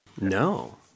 No